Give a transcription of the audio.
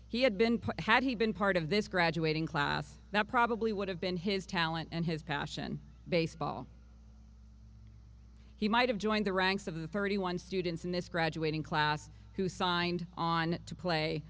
he had been had he been part of this graduating class that probably would have been his talent and his passion baseball he might have joined the ranks of the thirty one students in this graduating class who signed on to play